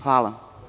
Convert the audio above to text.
Hvala.